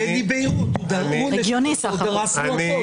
הגיוני בסך הכול.